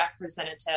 representative